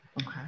Okay